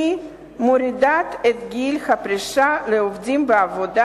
היא מורידה את גיל הפרישה לעובדים בעבודה